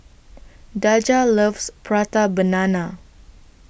Daja loves Prata Banana